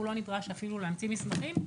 הוא לא נדרש אפילו להמציא מסמכים,